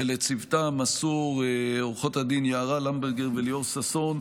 ולצוותה המסור, עו"ד יערה למברגר וליאור ששון,